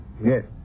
Yes